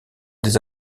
des